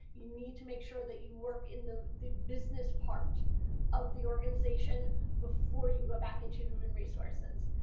you need to make sure that you work in the the business part of the organization before you go back into human and resources.